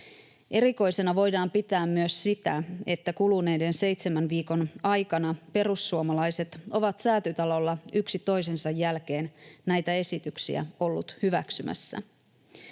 Erikoisena voidaan pitää myös sitä, että kuluneiden seitsemän viikon aikana perussuomalaiset ovat Säätytalolla yksi toisensa jälkeen näitä esityksiä olleet hyväksymässä.